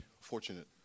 fortunate